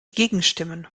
gegenstimmen